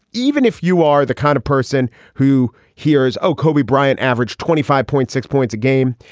even if you are the kind of person who hears, oh, kobe bryant averaged twenty five point six points a game,